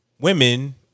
women